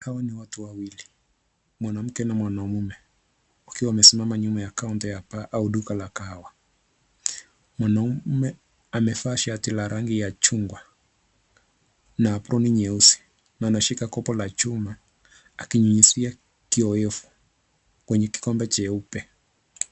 Hao ni watu wawili mwanamke na mwanaume, wakiwa wamesimama nyuma ya kaunta ya bar au duka la kahawa. Mwanaume, amevaa shati la rangi ya chungwa, na aproni nyeusi na anashika kopo la chuma, akinyunyizia kiowevu, kwenye kikombe jeupe.